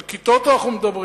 על כיתות אנחנו מדברים.